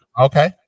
Okay